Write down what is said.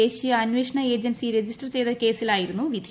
ദേശീയ അന്വേഷണ agency register ചെയ്ത കേസിൽ ആയിരുന്നു വിധി